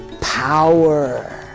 power